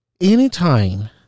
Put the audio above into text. Anytime